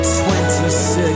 26